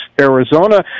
Arizona